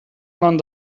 man